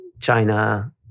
China